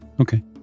Okay